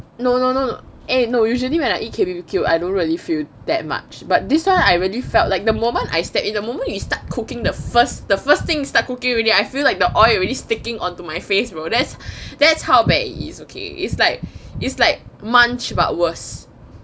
no no no no eh usually when I eat K B_B_Q I don't really feel that much but this one I really felt like the moment I stepped in the moment you start cooking the first the first thing you start cooking already I feel like the oil already sticking onto my face bro as that's how bad it's okay it's like it's like munch but worse